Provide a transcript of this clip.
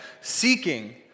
seeking